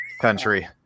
country